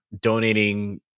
donating